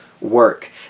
work